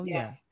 Yes